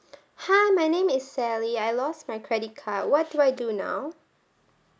hi my name is sally I lost my credit card what do I do now